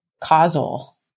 causal